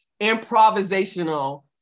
improvisational